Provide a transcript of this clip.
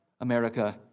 America